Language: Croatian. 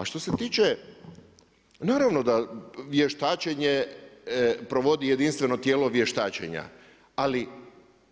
A što se tiče, naravno da vještačenje provodi jedinstveno tijelo vještačenja, ali